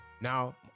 Now